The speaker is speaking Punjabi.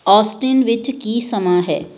ਔਸਟਿਨ ਵਿੱਚ ਕੀ ਸਮਾਂ ਹੈ